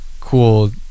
cool